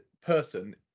person